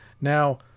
Now